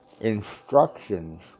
Instructions